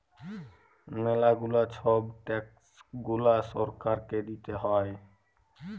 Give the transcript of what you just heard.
ম্যালা গুলা ছব ট্যাক্স গুলা সরকারকে দিতে হ্যয়